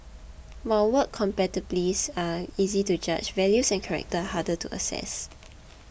while work capabilities are easy to judge values and character harder to assess